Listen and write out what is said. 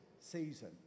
season